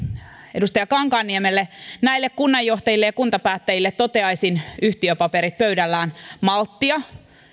edustaja kankaanniemelle näille kunnanjohtajille ja kuntapäättäjille toteaisin yhtiöpaperit pöydällään malttia